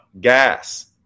gas